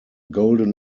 golden